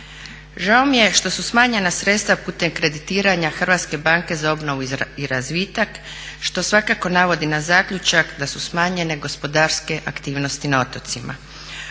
Žao mi je što su smanjena sredstva putem kreditiranja HBOR-a, što svakako navodi na zaključak da su smanjene gospodarske aktivnosti na otocima.